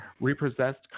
Repossessed